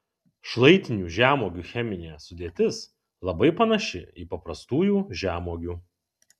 šlaitinių žemuogių cheminė sudėtis labai panaši į paprastųjų žemuogių